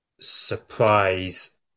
surprise